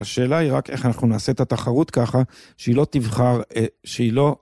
השאלה היא רק איך אנחנו נעשה את התחרות ככה שהיא לא תבחר, שהיא לא...